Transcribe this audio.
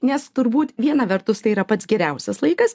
nes turbūt viena vertus tai yra pats geriausias laikas